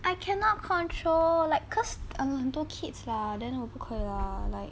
I cannot control like cause 很多 kids lah then 我不可以 lah like